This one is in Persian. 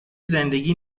زندگی